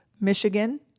Michigan